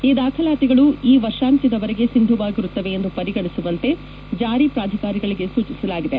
ಈ ದಾಖಲಾತಿಗಳು ಈ ವರ್ಷಾಂತ್ಯದವರೆಗೆ ಸಿಂಧುವಾಗಿರುತ್ತವೆ ಎಂದು ಪರಿಗಣಿಸುವಂತೆ ಜಾರಿ ಪ್ರಾಧಿಕಾರಗಳಿಗೆ ಸೂಚಿಸಲಾಗಿದೆ